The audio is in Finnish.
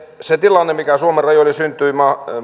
se tilanne mikä suomen rajoille syntyi